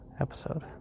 episode